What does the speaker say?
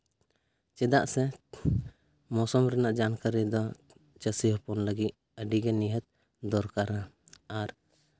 ᱪᱮᱫᱟᱜ ᱥᱮ ᱢᱳᱥᱳᱢ ᱨᱮᱱᱟᱜ ᱡᱟᱱᱠᱟᱨᱤ ᱫᱚ ᱪᱟᱹᱥᱤ ᱦᱚᱯᱚᱱ ᱞᱟᱹᱜᱤᱫ ᱟᱹᱰᱤᱜᱮ ᱱᱤᱦᱟᱹᱛ ᱫᱚᱨᱠᱟᱨᱟ ᱟᱨ